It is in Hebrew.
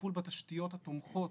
הטיפול בתשתיות התומכות